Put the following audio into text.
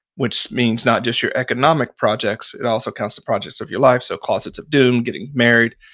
which means not just your economic projects, it also counts the projects of your life, so closets of doom, getting married,